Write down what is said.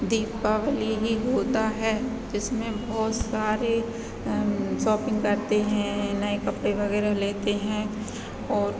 दीपावली ही होता है इसमें बहुत सारे सॉपिंग करते हैं नए कपड़े वगैरह लेते हैं और